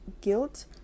guilt